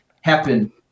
happen